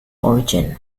origin